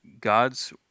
God's